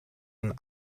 een